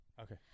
okay